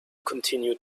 continue